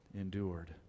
endured